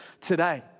today